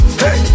hey